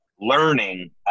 learning